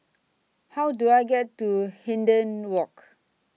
How Do I get to Hindhede Walk